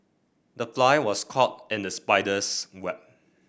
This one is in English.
the fly was caught in the spider's web